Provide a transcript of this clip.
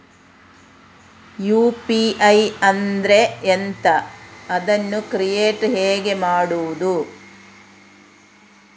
UPI ಅಂದ್ರೆ ಎಂಥ? ಅದನ್ನು ಕ್ರಿಯೇಟ್ ಹೇಗೆ ಮಾಡುವುದು?